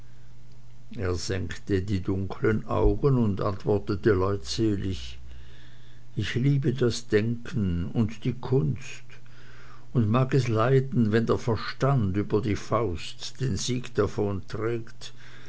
er senkte die dunkeln augen und antwortete leutselig ich liebe das denken und die kunst und mag es leiden wenn der verstand über die faust den sieg davonträgt